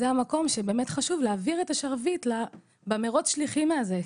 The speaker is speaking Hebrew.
זה המקום שחשוב להעביר את השרביט במרוץ השליחים הזה.